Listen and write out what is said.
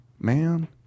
Man